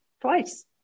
twice